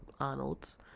Arnold's